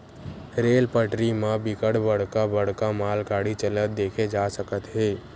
rail पटरी म बिकट बड़का बड़का मालगाड़ी चलत देखे जा सकत हे